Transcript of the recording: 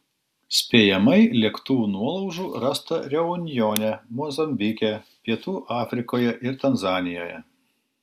spėjamai lėktuvų nuolaužų rasta reunjone mozambike pietų afrikoje ir tanzanijoje